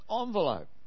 envelope